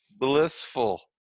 blissful